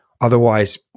otherwise